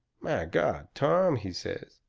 my god! tom, he says,